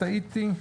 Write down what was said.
טעיתי.